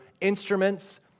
instruments